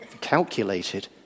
calculated